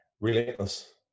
Relentless